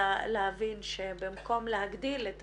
בימים שאין חיבור קבוע לחשמל והלוחות